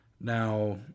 now